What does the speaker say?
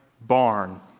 barn